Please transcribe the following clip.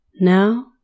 Now